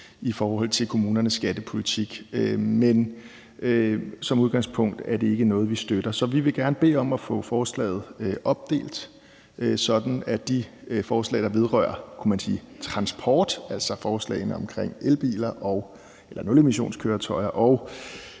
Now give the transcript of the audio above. i forhold til kommunernes skattepolitik, men som udgangspunkt er det ikke noget, vi støtter. Så vi vil gerne bede om at få forslaget opdelt, så vi kan få lov til at stemme for de forslag, der vedrører transport, altså forslagene om nulemissionskøretøjer